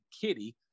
Kitty